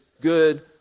good